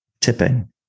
Tipping